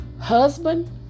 husband